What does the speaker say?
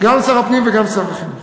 גם שר הפנים וגם שר החינוך.